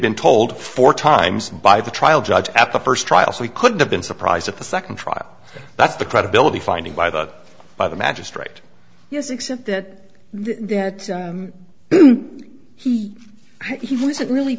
been told four times by the trial judge at the first trial so he could have been surprised at the second trial that's the credibility finding by the by the magistrate yes except that there is he he wasn't really